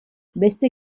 beste